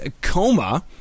Coma